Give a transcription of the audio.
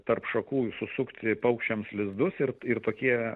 tarp šakų susukti paukščiams lizdus ir ir tokie